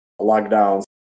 Lockdowns